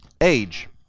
age